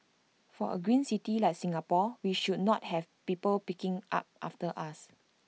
for A green city like Singapore we should not have people picking up after us